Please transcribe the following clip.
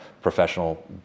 professional